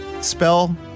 Spell